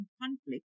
conflict